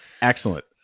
excellent